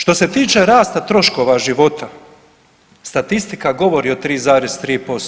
Što se tiče rasta troškova života, statistika govori o 3,3%